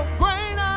great